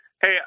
Hey